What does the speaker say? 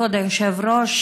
כבוד היושב-ראש,